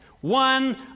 one